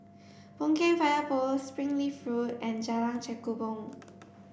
Boon Keng Fire Post Springleaf Road and Jalan Kechubong